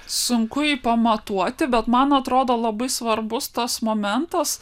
sunku jį pamatuoti bet man atrodo labai svarbus tas momentas